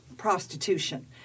prostitution